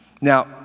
Now